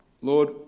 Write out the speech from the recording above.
Lord